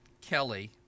Kelly